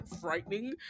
frightening